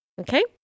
okay